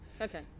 okay